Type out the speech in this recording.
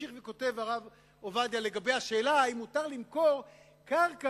וממשיך וכותב הרב עובדיה לגבי השאלה האם מותר למכור קרקע